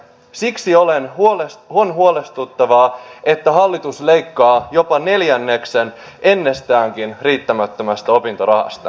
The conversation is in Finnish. siksi on huolestuttavaa että hallitus leikkaa jopa neljänneksen ennestäänkin riittämättömästä opintorahasta